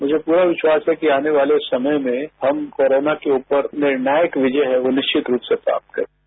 मुझे पूरा विश्वास है कि आने वाले समय में हम कोरोना के उपर निर्णायक विजय है वो निश्चित रूप से प्राप्त करेंगे